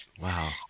Wow